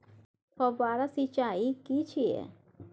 फव्वारा सिंचाई की छिये?